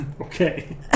okay